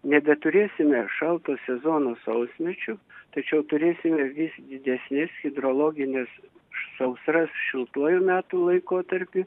nebeturėsime šalto sezono sausmečiu tačiau turėsime vis didesnes hidrologines sausras šiltuoju metų laikotarpiu